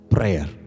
Prayer